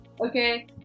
Okay